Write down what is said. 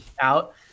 out